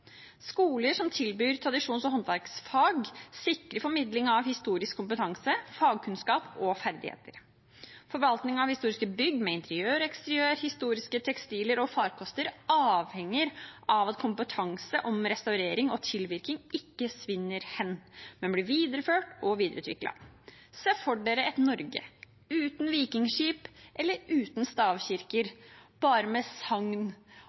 Skoler som tilbyr tradisjons- og håndverksfag, sikrer formidling av historisk kompetanse, fagkunnskap og ferdigheter. Forvaltningen av historiske bygg med interiør og eksteriør, historiske tekstiler og farkoster avhenger av at kompetanse om restaurering og tilvirking ikke svinner hen, men blir videreført og videreutviklet. Se for dere et Norge uten vikingskip eller uten stavkirker, bare med sagn